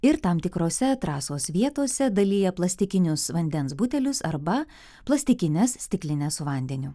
ir tam tikrose trasos vietose dalija plastikinius vandens butelius arba plastikines stiklines vandeniu